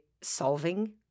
solving